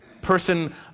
person